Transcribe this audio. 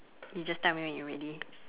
you just tell me when you're ready